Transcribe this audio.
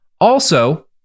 Also-